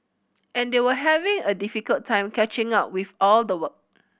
and they were having a difficult time catching up with all the work